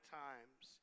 times